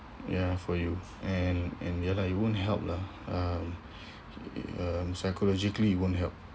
ya for you and and ya lah it won't help lah um um psychologically it won't help